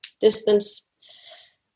distance